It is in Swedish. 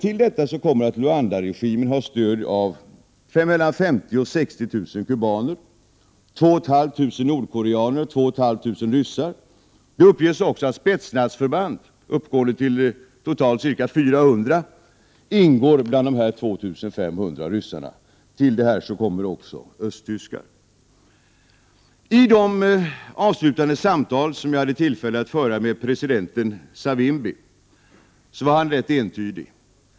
Till detta kommer att Luandaregimen har stöd av mellan 50 000 och 60 000 kubaner, 2 500 nordkoreaner och 2 500 ryssar. Det uppges också att Spetsnazförband, uppgående till totalt ca 400 man, ingår bland dessa 2 500 ryssar. Till detta kommer också östtyskar. I de avslutande samtal jag hade tillfälle att föra med president Savimbi var han entydig.